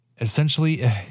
Essentially